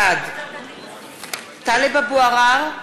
בעד טלב אבו עראר,